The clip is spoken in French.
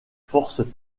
forces